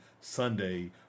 Sunday